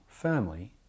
firmly